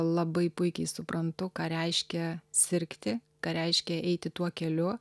labai puikiai suprantu ką reiškia sirgti ką reiškia eiti tuo keliu